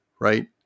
right